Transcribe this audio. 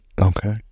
Okay